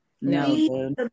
No